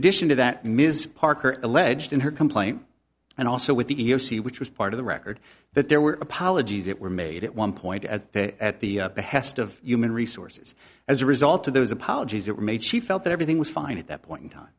addition to that ms parker alleged in her complaint and also with the e e o c which was part of the record that there were apologies that were made at one point at at the behest of human resources as a result of those apologies that were made she felt that everything was fine at that point in time